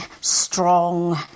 strong